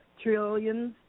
trillions